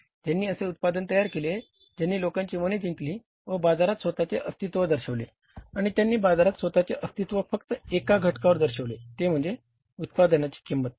ज्यांनी असे उत्पादन तयार केले ज्यांनी लोकांची मने जिंकली व बाजारात स्वतःचे अस्तित्व दर्शविले आणि त्यांनी बाजारात स्वतःचे अस्तित्व फक्त एका घटकावर दर्शविले ते म्हणजे उत्पादनाची किंमत